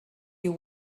you